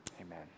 Amen